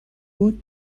بود